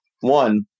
One